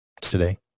today